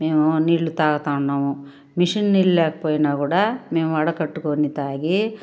మేము నీళ్ళు తాగతా ఉన్నాము మిషన్ నీళ్ళు లేకపోయినా గూడా మేము వడకట్టుకొని తాగి